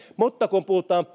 mutta kun puhutaan